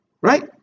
Right